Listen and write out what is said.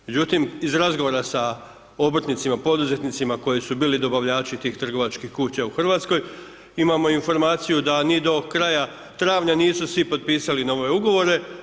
Međutim, iz razgovora sa obrtnicima, poduzetnicima koji su bili dobavljači tih trgovačkih kuća u Hrvatskoj imamo informaciju da ni do kraja travnja nisu svi potpisali nove ugovore.